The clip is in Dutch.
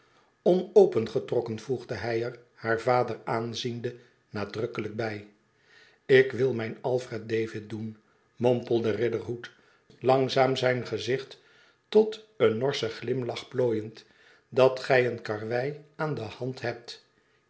tonopengetrokken voegde hij er haar vader aanziende nadrukkelijk bij ik wil mijn alfred david i doen mompelde riderhood langzaam lijn gezicht tot een norschen glimlach plooiend dat gij een karwei aan de hand hebt